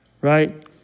right